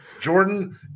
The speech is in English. Jordan